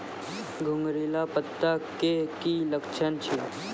घुंगरीला पत्ता के की लक्छण छै?